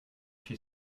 she